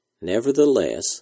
Nevertheless